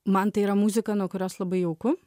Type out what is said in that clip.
man tai yra muzika nuo kurios labai jauku